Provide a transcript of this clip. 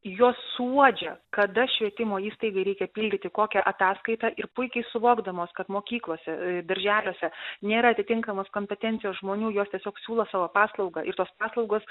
jos suuodžia kada švietimo įstaigai reikia pildyti kokią ataskaitą ir puikiai suvokdamos kad mokyklose darželiuose nėra atitinkamos kompetencijos žmonių jos tiesiog siūlo savo paslaugą ir tos paslaugos